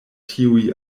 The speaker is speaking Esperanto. tiuj